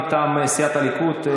מטעם סיעת הליכוד,